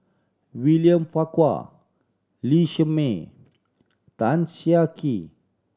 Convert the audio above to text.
William Farquhar Lee Shermay Tan Siah Kwee